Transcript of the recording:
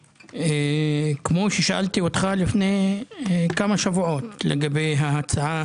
כפי ששאלתי אותך לפי כמה שבועות לגבי ההצעה